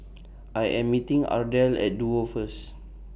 I Am meeting Ardelle At Duo First